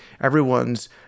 everyone's